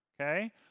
Okay